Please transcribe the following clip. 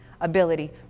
ability